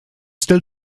still